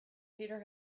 peter